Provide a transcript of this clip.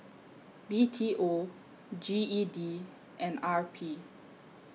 B T O G E D and R P